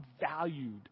valued